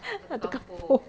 satu kampung